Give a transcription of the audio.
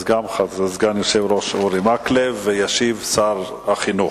אז גם סגן היושב-ראש אורי מקלב, וישיב שר החינוך.